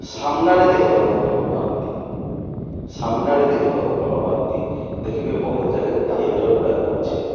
ସାମ୍ମନାରେ ଦେଖିବାକୁ ଭଲ ପାଆନ୍ତି ସାମ୍ମନାରେ ଦେଖିବାକୁ ଭଲ ପାଆନ୍ତି ଦେଖିବେ ବହୁତ୍ ଜାଗାରେ ଥିଏଟର୍ ଗୁଡ଼ାକ ଅଛି